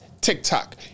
TikTok